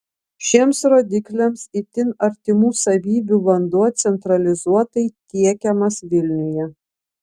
šiems rodikliams itin artimų savybių vanduo centralizuotai tiekiamas vilniuje